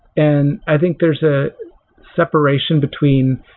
and i think there's a separation between